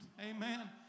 Amen